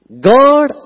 God